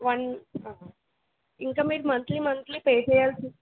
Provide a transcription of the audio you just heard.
one ఇంకా మీరు monthly monthly pay చెయ్యాల్సింది